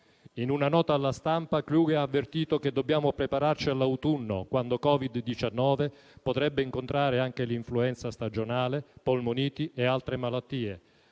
In una nota alla stampa Kluge ha avvertito che dobbiamo prepararci all'autunno, quando Covid-19 potrebbe incontrare anche l'influenza stagionale, polmoniti e altre malattie,